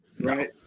right